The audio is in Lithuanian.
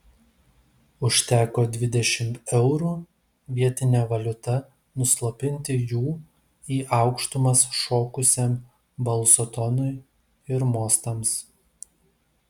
užteko dvidešimt eurų vietine valiuta nuslopinti jų į aukštumas šokusiam balso tonui ir mostams